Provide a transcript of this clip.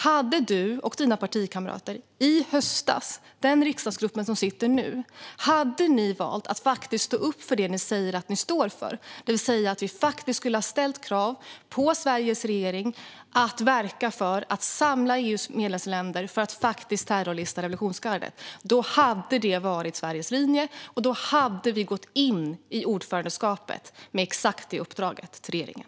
Hade du och dina partikamrater i höstas - den riksdagsgrupp som sitter nu - valt att stå upp för det ni säger att ni står för, det vill säga att ställa krav på Sveriges regering att verka för att samla EU:s medlemsländer för att terrorlista revolutionsgardet, hade det varit Sveriges linje. Då hade vi gått in i ordförandeskapet med exakt det uppdraget till regeringen.